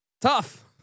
Tough